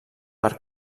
per